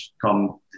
come